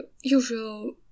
usual